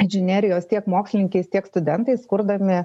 inžinerijos tiek mokslininkais tiek studentais kurdami